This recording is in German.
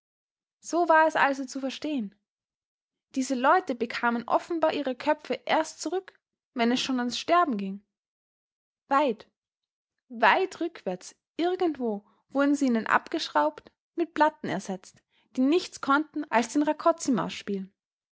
so war es also zu verstehen diese leute bekamen offenbar ihre köpfe erst zurück wenn es schon ans sterben ging weit weit rückwärts irgendwo wurden sie ihnen abgeschraubt mit platten ersetzt die nichts konnten als den rakoczymarsch spielen